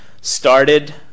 started